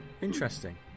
Interesting